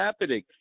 happening